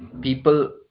people